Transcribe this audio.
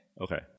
Okay